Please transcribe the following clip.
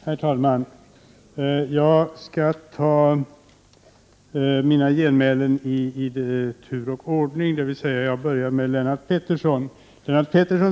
Herr talman! Jag skall replikera på föregående talare i tur och ordning. Jag börjar med Lennart Pettersson.